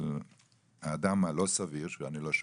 של האדם הלא סביר - אני לא שופט,